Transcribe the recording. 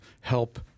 help